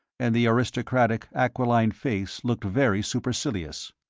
and the aristocratic, aquiline face looked very supercilious.